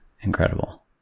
incredible